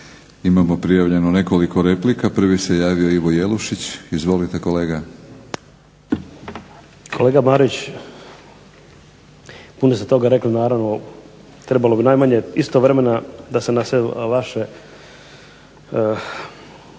Imamo prijavljeno nekoliko replika. Prvi se javio Ivo Jelušić. Izvolite kolega. **Jelušić, Ivo (SDP)** Kolega Marić, puno ste toga rekli naravno, trebalo bi najmanje isto vremena da se na sve vaše što